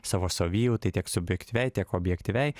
savo savijautai tiek subjektyviai tiek objektyviai